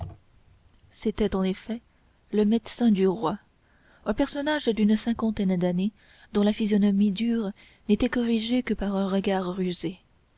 c'était en effet le médecin du roi un personnage d'une cinquantaine d'années dont la physionomie dure n'était corrigée que par un regard rusé